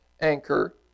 anchor